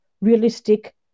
realistic